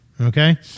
okay